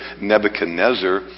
Nebuchadnezzar